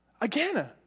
Again